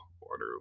order